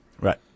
Right